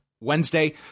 Wednesday